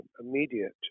immediate